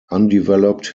undeveloped